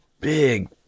big